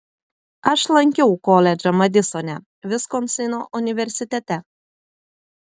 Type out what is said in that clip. aš lankiau koledžą madisone viskonsino universitete